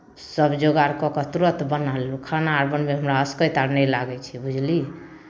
सभ जोगार कऽ कऽ तुरन्त बना लेलहुँ खाना अर बनबैमे हमरा आसकति अर नहि लागै छै बुझली